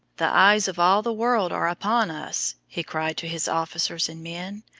the eyes of all the world are upon us, he cried to his officers and men.